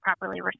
properly